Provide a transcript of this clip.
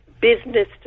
business